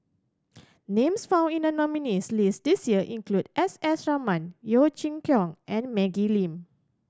names found in the nominees' list this year include S S Ratnam Yeo Chee Kiong and Maggie Lim